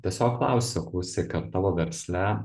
tiesiog klausi o klausyk ar tavo versle